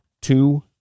Two